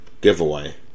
giveaway